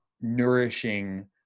nourishing